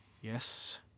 yes